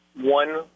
one